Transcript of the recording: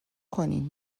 کنین